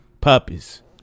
Puppies